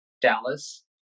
Dallas